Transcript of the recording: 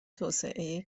توسعه